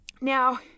Now